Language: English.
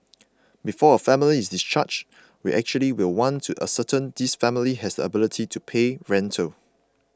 before a family is discharged we actually will want to ascertain this family has ability to pay rental